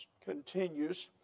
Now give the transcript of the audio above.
continues